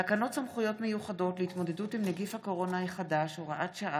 תקנות סמכויות מיוחדות להתמודדות עם נגיף הקורונה החדש (הוראת שעה)